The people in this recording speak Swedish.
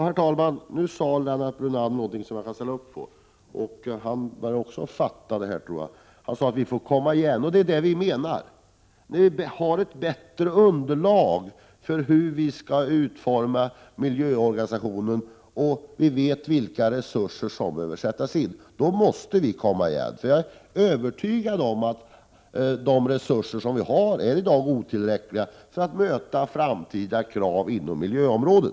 Herr talman! Nu sade Lennart Brunander någonting som jag kan ställa upp på. Jag tror att även han börjar förstå vad det är fråga om. Han sade att vi får komma igen, och det är det vi menar. När vi har ett bättre underlag för hur vi skall utforma miljöorganisationen och när vi vet vilka resurser som behöver sättas in, måste vi komma igen. Jag är övertygad om att de resurser vi har i dag är otillräckliga för att möta framtida krav inom miljöområdet.